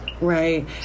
right